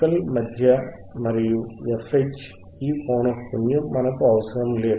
FL మధ్య మరియు FH ఈ ప్రత్యేక పౌనఃపున్యం మనకు అవసరం లేదు